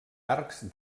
arcs